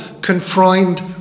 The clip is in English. confined